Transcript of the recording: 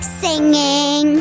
singing